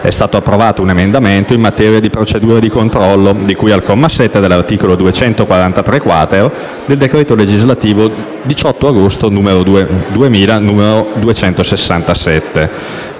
è stato approvato un emendamento in materia di procedura di controllo, di cui al comma 7 dell'articolo 243-*quater* del decreto legislativo 18 agosto 2000, n. 267